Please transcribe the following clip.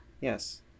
Yes